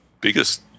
biggest